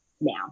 now